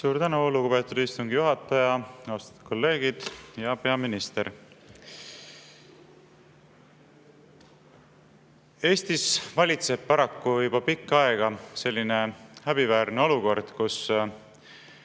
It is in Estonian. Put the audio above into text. Suur tänu, lugupeetud istungi juhataja! Austatud kolleegid ja peaminister! Eestis valitseb paraku juba pikka aega selline häbiväärne olukord, kus